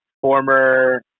former